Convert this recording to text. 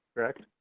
correct?